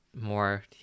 more